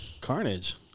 Carnage